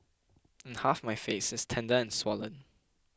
and half my face is tender and swollen